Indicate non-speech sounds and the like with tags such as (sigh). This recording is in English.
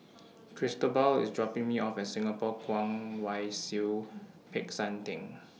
(noise) Cristobal IS dropping Me off At Singapore Kwong Wai Siew Peck San Theng